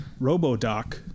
RoboDoc